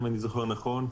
אם אני זוכר נכון,